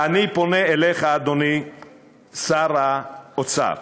אני פונה אליך, אדוני שר האוצר,